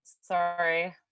Sorry